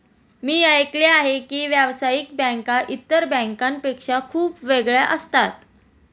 मी ऐकले आहे की व्यावसायिक बँका इतर बँकांपेक्षा खूप वेगळ्या असतात